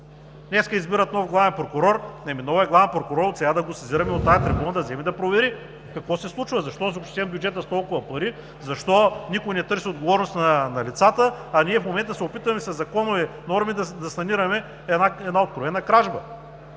Днес избират нов главен прокурор. Новият главен прокурор отсега да го сезираме от тази трибуна да вземе да провери какво се случва – защо е ощетен бюджетът с толкова пари, защо никой не търси отговорност на лицата, а ние в момента се опитваме със законови норми да санираме една откровена кражба?